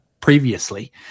previously